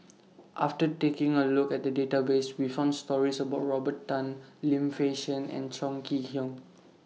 after taking A Look At The Database We found stories about Robert Tan Lim Fei Shen and Chong Kee Hiong